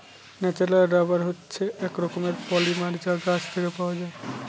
natural rubber হচ্ছে এক রকমের পলিমার যা গাছ থেকে পাওয়া যায়